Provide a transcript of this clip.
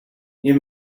you